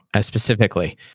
specifically